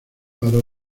para